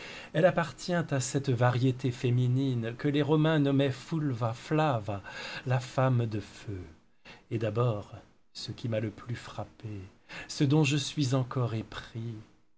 elle appartient à cette variété féminine que les romains nommaient fulva flava la femme de feu et d'abord ce qui m'a le plus frappé ce dont je suis encore épris